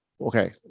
Okay